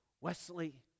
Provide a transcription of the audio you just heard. Wesley